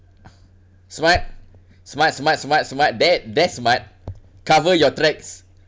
smart smart smart smart smart that that's smart cover your tracks